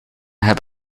heb